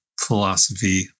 philosophy